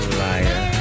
liar